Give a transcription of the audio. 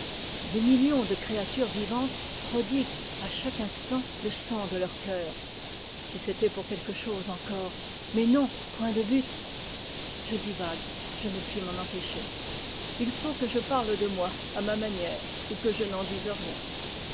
des millions de créatures vivantes prodiguent à chaque instant le sang de leur cœur si c'était pour quelque chose encore mais non point de but je divague je ne puis m'en empêcher l faut que je parle de moi à ma manière ou que je n'en dise rien